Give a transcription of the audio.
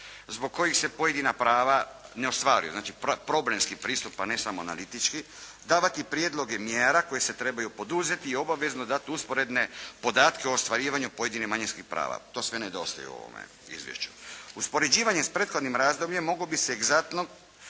zbog kojih se pojedina prava ne ostvaruju. Znači, problemski pristup a ne samo analitički. Davati prijedloge mjera koji se trebaju poduzeti i obavezno dati usporedne podatke o ostvarivanju pojedinih manjinskih prava. To sve nedostaje u ovome izvješću. Uspoređivanjem s prethodnim razdobljem mogao bi se egzaktno